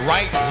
Right